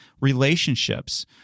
relationships